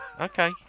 Okay